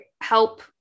help